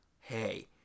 hey